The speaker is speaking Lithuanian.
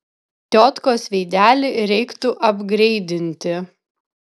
tiotkos veidelį reiktų apgreidinti